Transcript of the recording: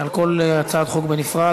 על כל הצעת חוק בנפרד.